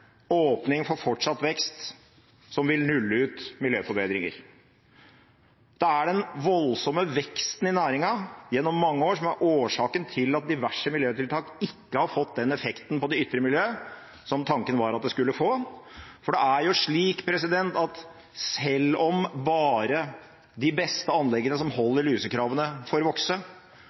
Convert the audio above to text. åpning for fortsatt vekst, som vil nulle ut miljøforbedringer. Det er den voldsomme veksten i næringen gjennom mange år som er årsaken til at diverse miljøtiltak ikke har fått den effekten på det ytre miljø som tanken var at de skulle få. For det er jo slik at selv om bare de beste anleggene, som holder lusekravene, får vokse,